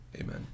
Amen